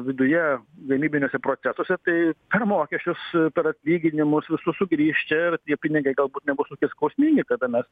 viduje gamybiniuose procesuose tai ar mokesčius per atlyginimus visų sugrįš čia ir tie pinigai galbūt nebus tokie skausmingi kada mes